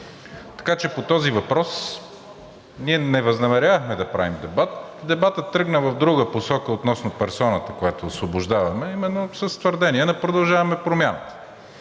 така че по този въпрос ние не възнамерявахме да правим дебат. Дебатът тръгна в друга посока – относно персоната, която освобождаваме, а именно с твърдение на „Продължаваме Промяната“,